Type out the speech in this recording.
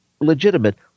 legitimate